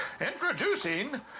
Introducing